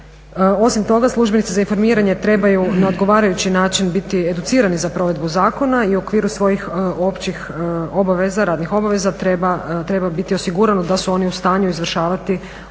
Osim toga, službenici za informiranje trebaju na odgovarajući način biti educirani za provedbu zakona i u okviru svojih općih obaveza, radnih obaveza, treba biti osigurano da su oni u stanju izvršavati obveze